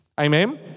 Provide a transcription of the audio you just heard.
Amen